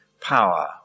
power